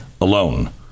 alone